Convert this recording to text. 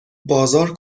بازار